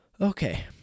Okay